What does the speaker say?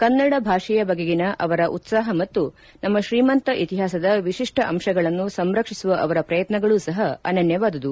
ಕನ್ನಡ ಭಾಷೆಯ ಬಗೆಗಿನ ಅವರ ಉತ್ಸಾಹ ಮತ್ತು ನಮ್ಮ ಶ್ರೀಮಂತ ಇತಿಹಾಸದ ವಿಶಿಷ್ಟ ಅಂಶಗಳನ್ನು ಸಂರಕ್ಷಿಸುವ ಅವರ ಪ್ರಯತ್ನಗಳೂ ಸಪ ಅನನ್ನವಾದುದು